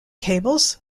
cables